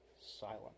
silent